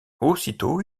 aussitôt